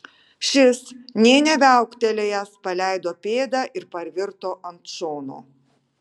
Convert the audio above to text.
šis nė neviauktelėjęs paleido pėdą ir parvirto ant šono